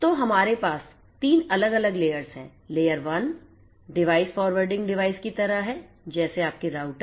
तो हमारे पास 3 अलग अलग लेयर्स हैं लेयर 1 डिवाइस फॉरवर्डिंग डिवाइस की तरह हैं जैसे आपके राउटर